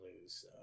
lose